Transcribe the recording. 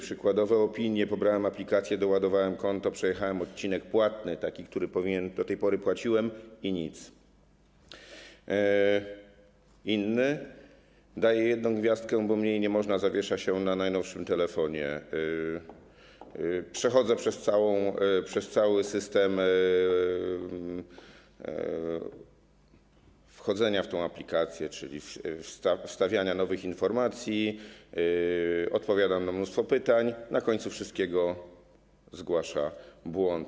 Przykładowe opinie: pobrałem aplikację, doładowałem konto, przejechałem odcinek płatny, taki, za który do tej pory płaciłem, i nic, inna: daję 1 gwiazdkę, bo mniej nie można, zawiesza się ona na najnowszym telefonie, kolejna: przechodzę przez cały system wchodzenia w tę aplikację, czyli wstawiania nowych informacji, odpowiadam na mnóstwo pytań, na końcu wszystkiego pojawia się błąd.